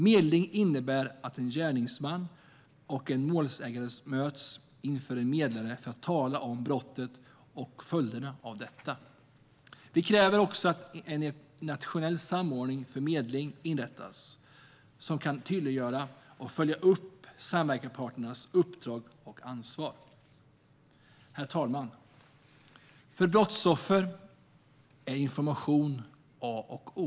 Medling innebär att en gärningsman och en målsägande möts inför en medlare för att tala om brottet och följderna av detta. Det krävs också att en nationell samordning för medling inrättas som kan tydliggöra och följa upp de samverkande parternas uppdrag och ansvar. Herr talman! För brottsoffer är information A och O.